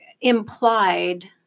implied